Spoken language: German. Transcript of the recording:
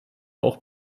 auch